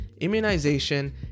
immunization